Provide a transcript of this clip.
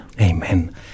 Amen